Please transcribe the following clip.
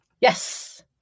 Yes